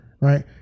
right